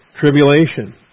tribulation